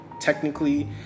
technically